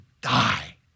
die